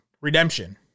redemption